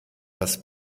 das